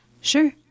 sure